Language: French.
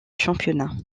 championnat